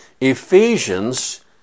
Ephesians